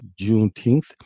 Juneteenth